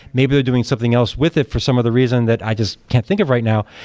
maybe they're doing something else with it for some other reason that i just can't think of right now.